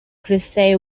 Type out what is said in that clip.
crusade